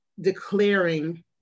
declaring